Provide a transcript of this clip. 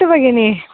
अस्तु भगिनि